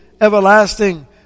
everlasting